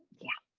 yeah,